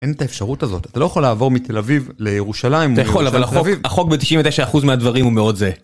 אין את האפשרות הזאת, אתה לא יכול לעבור מתל אביב לירושלים, הוא ירושלים, הוא תל אביב. החוק ב-99% מהדברים הוא מאד זהה.